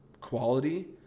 quality